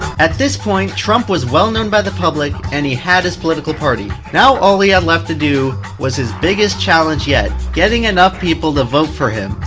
at this point, trump was well known by the public and he had his political party. now all he had left to do, was his biggest challenge yet getting enough people to vote for him.